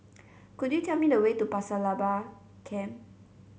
could you tell me the way to Pasir Laba Camp